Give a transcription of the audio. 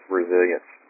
resilience